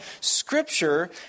Scripture